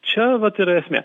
čia vat yra esmė